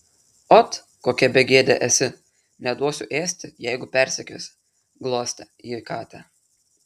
ot kokia begėdė esi neduosiu ėsti jeigu persekiosi glostė ji katę